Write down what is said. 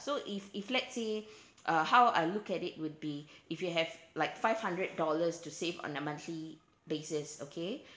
so if if let's say uh how I look at it would be if you have like five hundred dollars to save on a monthly basis okay